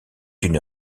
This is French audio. une